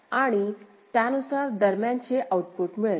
आणि त्यानुसार दरम्यानचे आउटपुट मिळेल